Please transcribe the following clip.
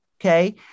okay